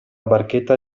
barchetta